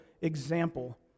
example